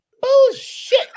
Bullshit